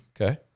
Okay